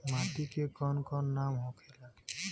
माटी के कौन कौन नाम होखेला?